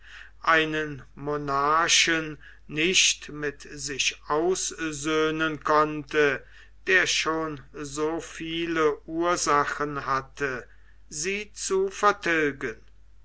einen monarchen nicht mit sich aussöhnen konnte der schon so viele ursachen hatte sie zu vertilgen